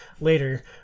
later